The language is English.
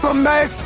um my